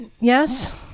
yes